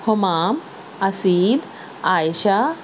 ہمام Usaid عائشہ